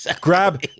Grab